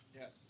Yes